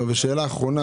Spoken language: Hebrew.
שאלה אחרונה,